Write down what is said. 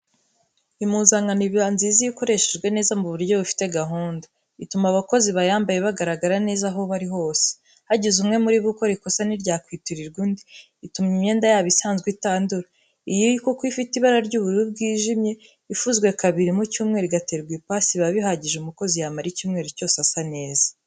Impuzankano iba nziza iyo ikoreshejwe neza mu buryo bufite gahunda. Ituma abakozi bayambaye bagaragara neza aho bari hose, hagize umwe umwe muri bo ukora ikosa ntiryakwitirirwa undi, ituma imyenda yabo isanzwe itandura, iyi yo kuko ifite ibara ry'ubururu bwijimye, ifuzwe kabiri mu cy'umweru, igaterwa ipasi, biba bihagije umukozi yamara icyumweru cyose asa neza.